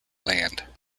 land